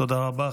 תודה רבה.